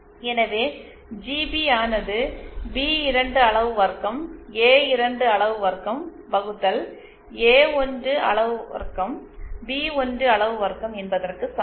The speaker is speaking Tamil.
எனவே ஜிபி ஆனது பி2 அளவு வர்க்கம் ஏ2 அளவு வர்க்கம் வகுத்தல் ஏ1 அளவு வர்க்கம் பி1 அளவு வர்க்கம் என்பதற்கு சமம்